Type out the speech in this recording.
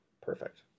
perfect